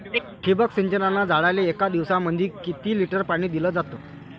ठिबक सिंचनानं झाडाले एक दिवसामंदी किती लिटर पाणी दिलं जातं?